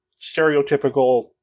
stereotypical